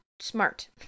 smart